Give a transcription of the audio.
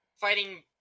fighting